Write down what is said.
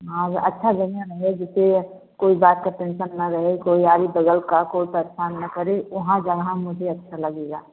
हाँ ये अच्छा जगह रहे जिससे कोई बात का टेंसन ना रहे कोई यारी बगल का कोई परेशान ना करे वहाँ जहाँ मुझे अच्छा लगेगा